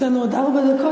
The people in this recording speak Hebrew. יש לנו עוד ארבע דקות.